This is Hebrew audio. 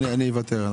אני אוותר.